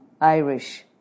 Irish